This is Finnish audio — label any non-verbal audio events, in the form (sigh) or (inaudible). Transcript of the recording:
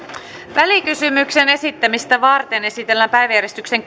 välikysymyksen esittämistä varten esitellään päiväjärjestyksen (unintelligible)